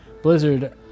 Blizzard